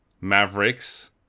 Mavericks